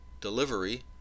delivery